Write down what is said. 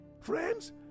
friends